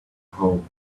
home